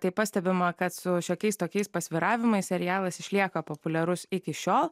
tai pastebima kad su šiokiais tokiais pasvyravimais serialas išlieka populiarus iki šiol